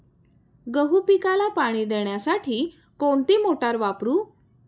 गहू पिकाला पाणी देण्यासाठी कोणती मोटार वापरू?